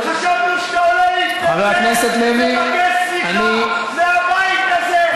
חשבנו שאתה עולה להתנצל, לבקש סליחה מהבית הזה.